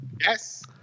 Yes